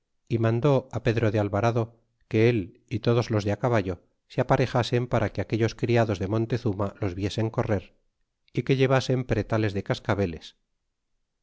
y mandó á pedro de alvarado que él y todos los de caballo se aparejasen para que aquellos criados de montezurna los viesen correr y que llevasen pretales de cascabeles y